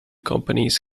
companies